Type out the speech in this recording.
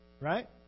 right